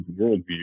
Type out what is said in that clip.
worldview